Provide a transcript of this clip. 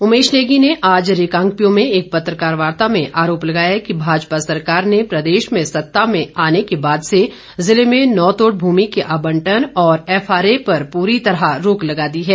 उमेश नेगी ने आज रिकांगपिओ में एक पत्रकारवार्ता में आरोप लगाया कि भाजपा सरकार ने प्रदेश में सत्ता में आने के बाद से जिले में नोतोड़ भूमि के आबंटन और एफआरए पर पूरी तरह रोक लगा दी है